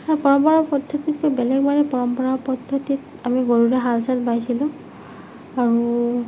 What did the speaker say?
পৰম্পৰা পদ্ধতিটো বেলেগ পৰম্পৰা পদ্ধতিত আমি গৰুৰে হাল চাল বাইছিলোঁ আৰু